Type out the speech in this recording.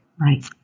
Right